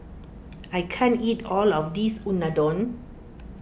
I can't eat all of this Unadon